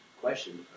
question